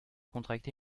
contracté